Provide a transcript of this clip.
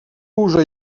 usa